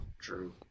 true